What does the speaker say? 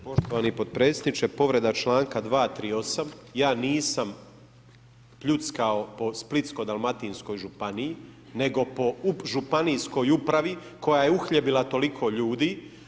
Poštovani potpredsjedniče, povreda članka 238. ja nisam pljuckao po Splitsko-dalmatinskoj županiji nego po Županijskog upravi koja je uhljebila toliko ljudi.